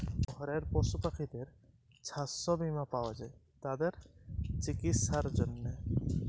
ঘরের পশু পাখিদের ছাস্থ বীমা পাওয়া যায় তাদের চিকিসার জনহে